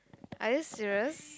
are you serious